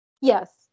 yes